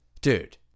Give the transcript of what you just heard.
Dude